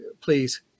please